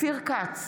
אופיר כץ,